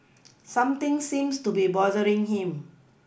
something seems to be bothering him